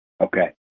Okay